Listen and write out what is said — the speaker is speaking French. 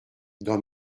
dans